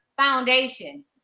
foundation